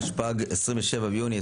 27 ביוני,